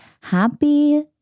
Happy